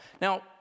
Now